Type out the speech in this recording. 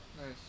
nice